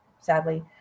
sadly